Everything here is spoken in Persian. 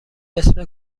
اسم